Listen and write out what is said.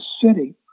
city